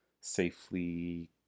safely